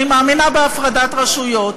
אני מאמינה בהפרדת רשויות,